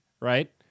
right